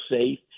safe